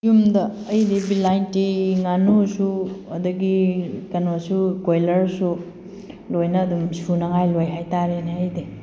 ꯌꯨꯝꯗ ꯑꯩꯗꯤ ꯕꯤꯂꯥꯏꯇꯤ ꯉꯥꯅꯨꯁꯨ ꯑꯗꯒꯤ ꯀꯩꯅꯣꯁꯨ ꯀꯣꯏꯂꯔꯁꯨ ꯂꯣꯏꯅ ꯑꯗꯨꯝ ꯁꯨꯅꯉꯥꯏ ꯂꯣꯏ ꯍꯥꯏ ꯇꯥꯔꯦꯅꯦ ꯑꯩꯗꯤ